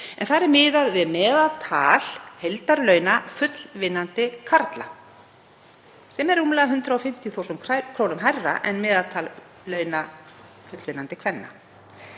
Þar er miðað við meðaltal heildarlauna fullvinnandi karla sem er rúmlega 150.000 kr. hærra en meðaltal launa fullvinnandi kvenna.